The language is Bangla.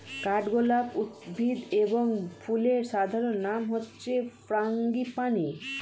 কাঠগোলাপ উদ্ভিদ এবং ফুলের সাধারণ নাম হচ্ছে ফ্রাঙ্গিপানি